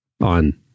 on